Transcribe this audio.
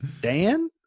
Dan